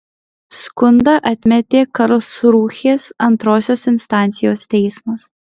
skundą atmetė karlsrūhės antrosios instancijos teismas